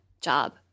job